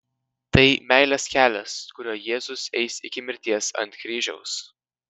tai meilės kelias kuriuo jėzus eis iki mirties ant kryžiaus